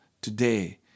today